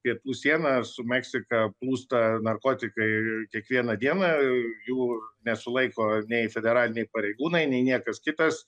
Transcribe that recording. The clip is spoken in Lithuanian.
pietų sieną su meksika plūsta narkotikai ir kiekvieną dieną jų nesulaiko nei federaliniai pareigūnai nei niekas kitas